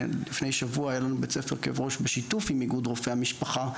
לפני שבוע היה לנו בית ספר כאב ראש בשיתוף עם איגוד רופאי המשפחה.